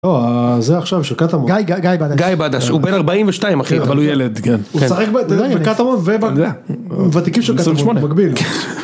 זה עכשיו שקטם גיא גיא גיא גיא באדע שהוא בין 42 אחי אבל הוא ילד.